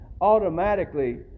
automatically